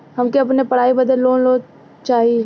हमके अपने पढ़ाई बदे लोन लो चाही?